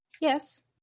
Yes